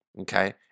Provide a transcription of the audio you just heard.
okay